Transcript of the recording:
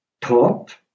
taught